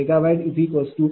तरPL2400 kW0